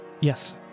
Yes